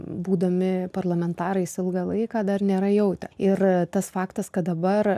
būdami parlamentarais ilgą laiką dar nėra jautę ir tas faktas kad dabar